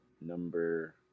number